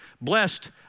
Blessed